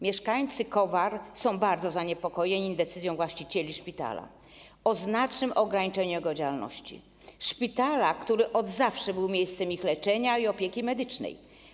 Mieszkańcy Kowar są bardzo zaniepokojeni decyzją właścicieli szpitala o znacznym ograniczeniu jego działalności - szpitala, który od zawsze był miejscem ich leczenia i opieki medycznej.